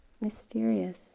mysterious